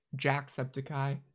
jacksepticeye